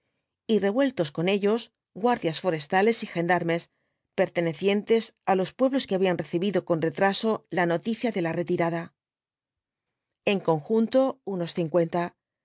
y revueltos con ellos guardias forestales y gendarmes pertenecientes á pueblos que habían recibido con retraso la noticia de la retirada en conjunto unos cincuenta